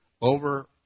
over